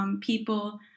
people